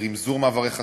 רמזור מעברי חצייה,